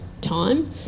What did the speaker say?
time